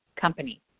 company